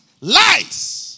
Lies